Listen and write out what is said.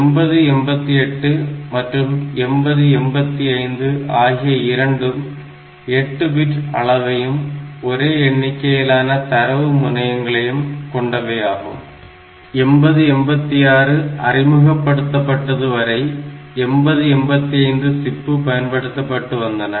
8088 மற்றும் 8085 ஆகிய இரண்டும் 8 பிட் அளவையும் ஒரே எண்ணிக்கையிலான தரவு முனையங்களையும் கொண்டவை ஆகும் 8086 அறிமுகப்படுத்தப்பட்டது வரை 8085 சிப்பு பயன்படுத்தப்பட்டு வந்தன